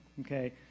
okay